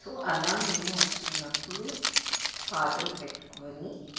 so అలా మేము వస్తున్నప్పుడు పాటలు పెట్టుకొని